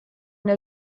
der